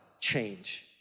change